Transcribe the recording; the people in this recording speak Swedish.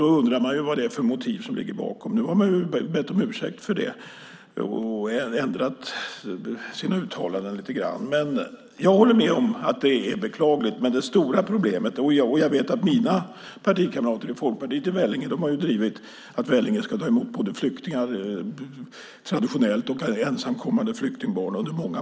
Då undrar man ju vad det är för motiv som ligger bakom. Nu har man bett om ursäkt för detta och ändrat sina uttalanden lite grann. Jag håller med om att det är beklagligt, och jag vet att mina partikamrater i Folkpartiet i Vellinge under många år har drivit att Vellinge ska ta emot både traditionella flyktingar och ensamkommande flyktingbarn.